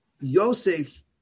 Yosef